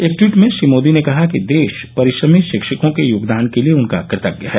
एक टवीट में श्री मोदी ने कहा है कि देश परिश्रमी शिक्षकों के योगदान के लिए उनका कृतज्ञ है